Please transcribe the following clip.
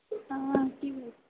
हँ की